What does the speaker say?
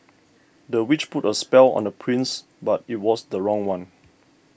the witch put a spell on the prince but it was the wrong one